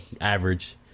average